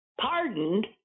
pardoned